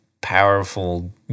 powerful